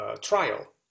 trial